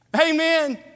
Amen